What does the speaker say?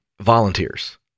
volunteers